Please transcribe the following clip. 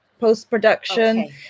post-production